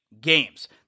games